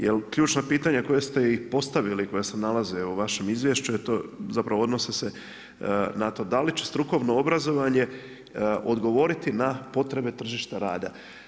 Jer, ključno pitanje koje ste postavili, koja se nalaze u vašem izvješću je to, zapravo odnose se na to, da li će strukovno obrazovanje, odgovoriti na potrebe tržišta rada?